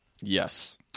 yes